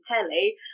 telly